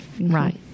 right